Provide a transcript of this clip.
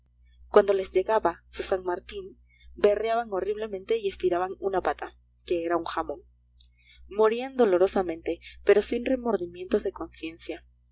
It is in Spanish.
cuando les llegaba su san martín berreaban horriblemente y estiraban una pata que era un jamón morían dolorosamente pero sin remordimientos de conciencia